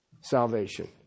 Salvation